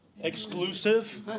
exclusive